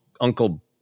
Uncle